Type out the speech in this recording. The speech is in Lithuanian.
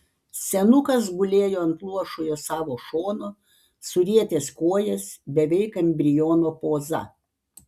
senukas gulėjo ant luošojo savo šono surietęs kojas beveik embriono poza